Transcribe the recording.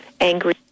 angry